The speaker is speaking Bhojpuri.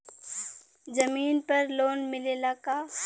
जमीन पर लोन मिलेला का?